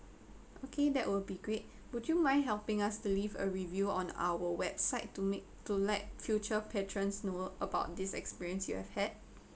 okay that will be great would you mind helping us to leave a review on our website to make to let future patrons know about this experience you have had